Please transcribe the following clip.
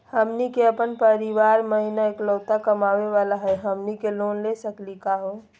हमनी के अपन परीवार महिना एकलौता कमावे वाला हई, हमनी के लोन ले सकली का हो?